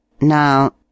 Now